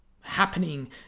happening